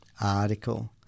article